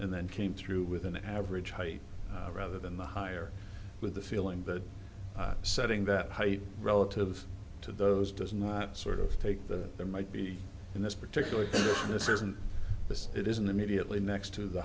and then came through with an average height rather than the higher with the feeling that setting that height relative to those does not sort of take that there might be in this particular this isn't this it isn't immediately next to the